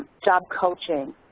job coaching,